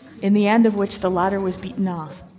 in the end of which the latter was beaten off.